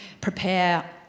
prepare